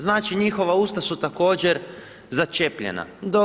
Znači njihova usta su također začepljena.